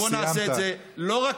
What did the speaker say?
אדוני, בוא נעשה את זה לא רק